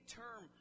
term